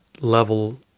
level